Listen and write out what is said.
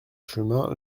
chemin